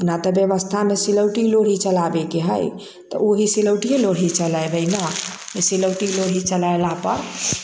अपना त व्यवस्था मे सिलौटी लोढ़ी चलाबे के है तऽ ओहे सिलौटिये लोढ़ी चलेबै न सिलौटी लोढ़ी चलेला पर